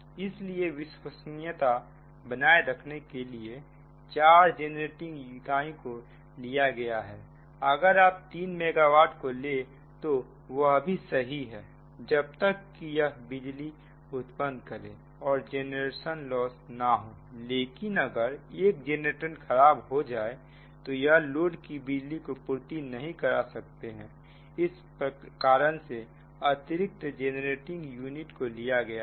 इसलिए विश्वसनीयता बनाए रखने के लिए चार जेनरेटिंग इकाई को लिया गया है अगर आप 3 मेगा वाट को ले तो वह भी सही है जब तक कि यह बिजली उत्पन्न करें और जनरेशन लॉस ना हो लेकिन अगर एक जनरेटर खराब हो जाए तो यह लोड को बिजली की पूर्ति नहीं करा सकते हैं इस कारण से अतिरिक्त जेनरेटिंग इकाई को लिया गया है